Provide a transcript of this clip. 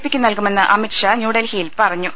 പിക്ക് നൽകുമെന്ന് അമിത്ഷാ ന്യൂഡൽഹിയിൽ പറഞ്ഞു